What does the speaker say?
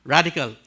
Radical